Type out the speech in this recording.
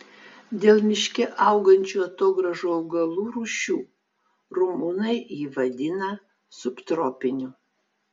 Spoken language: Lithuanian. dėl miške augančių atogrąžų augalų rūšių rumunai jį vadina subtropiniu